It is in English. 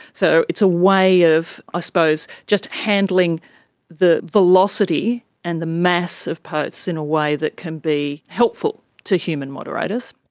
so it's a way of i ah suppose just handling the velocity and the mass of posts in a way that can be helpful to human moderators.